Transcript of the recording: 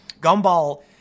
Gumball